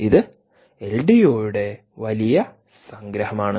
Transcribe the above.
ഇത് എൽഡിഒയുടെ വലിയ സംഗ്രഹമാണ്